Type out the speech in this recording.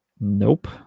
Nope